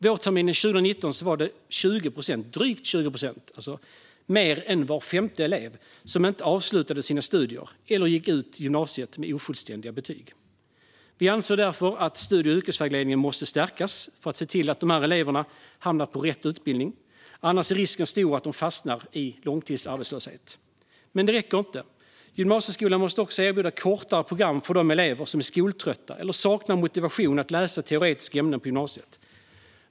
Vårterminen 2019 var det drygt 20 procent, alltså mer än var femte elev, som inte avslutade sina studier eller som gick ut gymnasiet med ofullständiga betyg. Vi anser därför att studie och yrkesvägledningen måste stärkas för att se till att dessa elever hamnar på rätt utbildning. Annars är risken stor att de fastnar i långtidsarbetslöshet. Detta räcker dock inte. Gymnasieskolan måste också erbjuda kortare program för de elever som är skoltrötta eller saknar motivation att läsa teoretiska ämnen på gymnasiet.